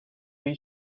and